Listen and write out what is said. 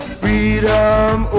freedom